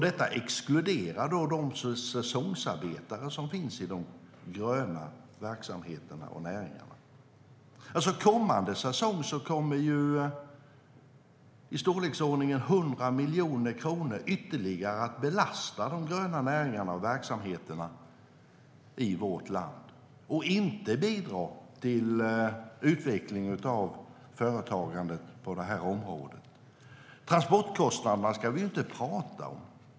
Detta exkluderar då säsongsarbetarna i de gröna verksamheterna och näringarna. Nästa säsong kommer i storleksordningen 100 miljoner kronor ytterligare att belasta de gröna näringarna och verksamheterna i vårt land och inte bidra till utvecklingen av företagandet på det här området. Och transportkostnaderna ska vi inte prata om.